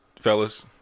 fellas